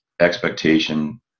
expectation